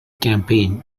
campaign